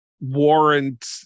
warrant